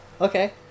Okay